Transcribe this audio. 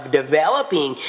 developing